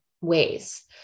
ways